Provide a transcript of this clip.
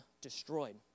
destroyed